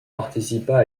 participa